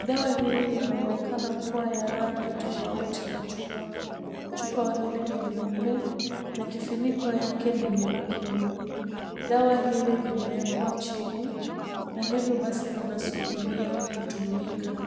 dawa hili linaonekana kuwa ya rangi tofauti na chupa. Chupa hili ni nyeupe na kifuniko yake ni nyekundu, dawa hili limeekwa chini na hivyo basi linasubiria kutumika.